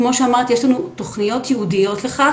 כמו שאמרתי יש לנו תוכניות ייעודיות לכך,